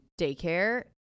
daycare